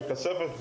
בכספת,